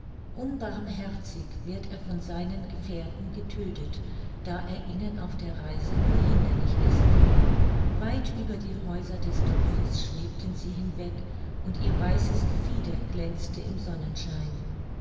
unbarmherzig wird er von seinen gefährten getödtet da er ihnen auf der reise nur hinderlich ist weit über die häuser des dorfes schwebten sie hinweg und ihr weißes gefieder glänzte im sonnenschein